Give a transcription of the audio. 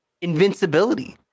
invincibility